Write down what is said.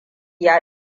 ya